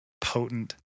potent